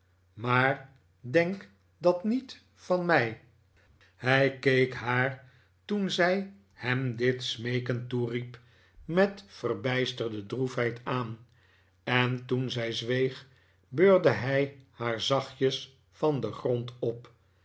maar denk dat niet van mij hij keek haar toen zij hem dit smeekend toeriep met verbijsterde droefheid aan en toen zij zweeg beurde hij haar zacht jes van den grond op